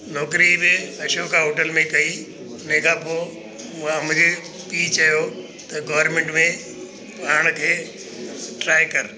नौकरी में अशोका होटल में कई उन खां पोइ उहा मुंहिंजे पीउ चयो त गौरमेंट में पाण खे ट्राए कर